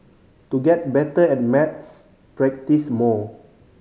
to get better at maths practise more